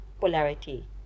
polarity